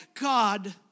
God